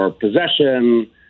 possession